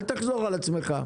אל תחזור על עצמך.